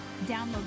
download